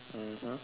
mmhmm